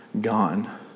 gone